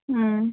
ꯎꯝ